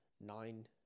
nine